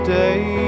day